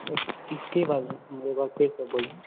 की बाजलूँ कनी एक बेर फेरसऽ बोलू